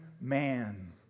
man